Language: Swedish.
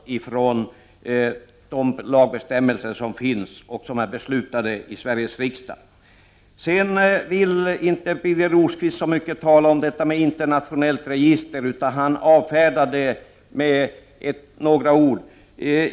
Birger Rosqvist vill inte tala så mycket om ett internationellt register utan avfärdar det med några ord.